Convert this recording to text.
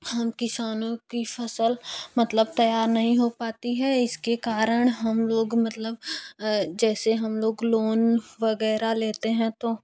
हम किसानों की फ़सल मतलब तैयार नहीं हो पाती है इसके कारण हम लोग मतलब जैसे हम लोग लोन वगैरह लेते है तो